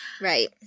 Right